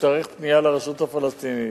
שתיערך פנייה לרשות הפלסטינית